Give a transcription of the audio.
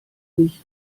mich